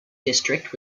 district